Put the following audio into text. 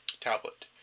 tablet